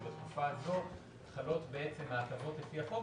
ובתקופה הזאת חלות ההטבות לפי החוק,